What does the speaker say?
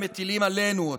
הם מטילים אותה עלינו,